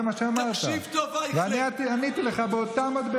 זה מה שאמרת, ועניתי לך באותה מטבע